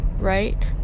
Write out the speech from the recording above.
right